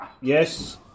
Yes